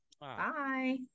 Bye